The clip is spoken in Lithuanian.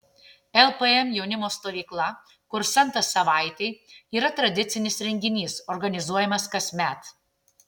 lpm jaunimo stovykla kursantas savaitei yra tradicinis renginys organizuojamas kasmet